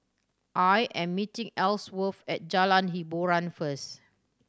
I am meeting Ellsworth at Jalan Hiboran first